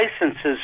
licenses